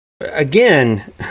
again